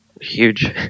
huge